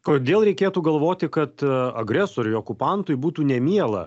kodėl reikėtų galvoti kad agresoriui okupantui būtų nemiela